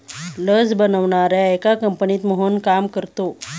लस बनवणाऱ्या एका कंपनीत मोहन काम करतो